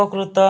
ଉପକୃତ